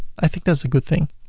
i think that's a good thing.